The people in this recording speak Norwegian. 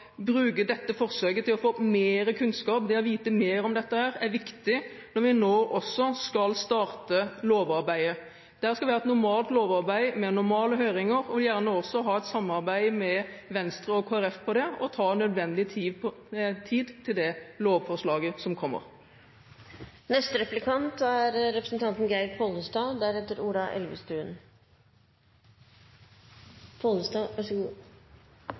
bruke dette forsøket til å få mer kunnskap. Det å vite mer om dette, er viktig når vi nå også skal starte lovarbeidet. Der skal vi ha et normalt lovarbeid med normale høringer – gjerne også ha et samarbeid med Venstre og Kristelig Folkeparti på det – og ta oss nødvendig tid til det lovforslaget som kommer.